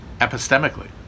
epistemically